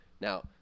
Now